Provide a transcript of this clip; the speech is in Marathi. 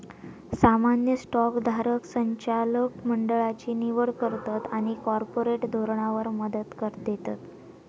सामान्य स्टॉक धारक संचालक मंडळची निवड करतत आणि कॉर्पोरेट धोरणावर मत देतत